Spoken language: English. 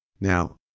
now